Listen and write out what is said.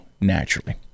naturally